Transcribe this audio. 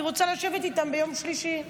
היא רוצה לשבת איתם ביום שלישי.